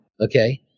okay